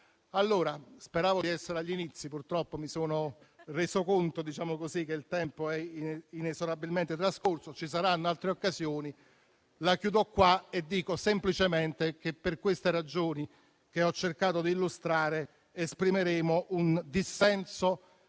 Speravo di essere agli inizi, ma purtroppo mi sono reso conto che il tempo è inesorabilmente trascorso; ci saranno altre occasioni. La chiudo qua e dico semplicemente che, per le ragioni che ho cercato di illustrare, esprimeremo un dissenso,